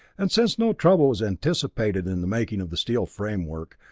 and since no trouble was anticipated in the making of the steel framework,